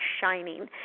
shining